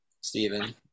Stephen